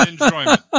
Enjoyment